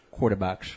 quarterbacks